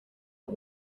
are